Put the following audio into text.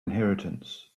inheritance